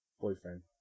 boyfriend